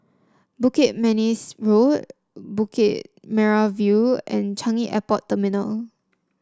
Bukit Manis Road Bukit Merah View and Changi Airport Terminal